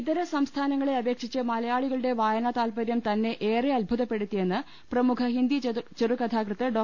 ഇതര സംസ്ഥാനങ്ങളെ അപേക്ഷിച്ച് മലയാളികളുടെ വായ നാ താത്പരൃം തന്നെ ഏറെ അത്ഭുതപ്പെടുത്തിയെന്ന് പ്രമുഖ ഹിന്ദി ചെറുകഥാകൃത്ത് ഡോ